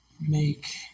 make